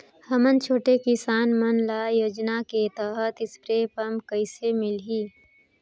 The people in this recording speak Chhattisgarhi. हमन छोटे किसान मन ल योजना के तहत स्प्रे पम्प कइसे मिलही?